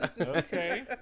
okay